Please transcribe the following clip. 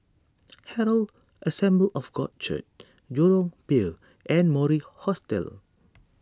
Herald Assembly of God Church Jurong Pier and Mori Hostel